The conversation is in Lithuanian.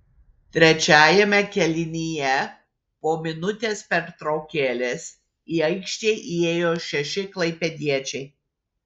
trečiajame kėlinyje po minutės pertraukėlės į aikštę įėjo šeši klaipėdiečiai